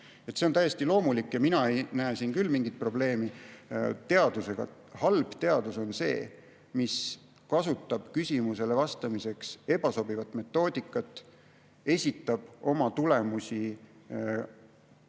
See on täiesti loomulik ja mina ei näe siin küll mingit probleemi teadusega. Halb teadus on see, mis kasutab küsimusele vastamiseks ebasobivat metoodikat, esitab tulemusi, mis